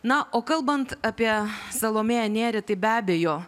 na o kalbant apie salomėją nėrį tai be abejo